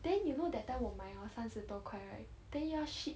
then you know that time 我买了三十多块 right then 又要 ship